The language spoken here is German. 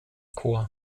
corps